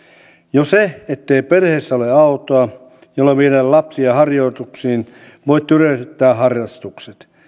jo se ettei perheessä ole autoa jolla viedä lapsia harjoituksiin voi tyrehdyttää harrastukset